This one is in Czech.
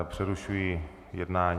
Přerušuji jednání.